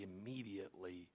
immediately